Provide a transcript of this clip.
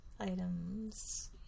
items